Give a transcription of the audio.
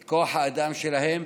את כוח האדם שלהם,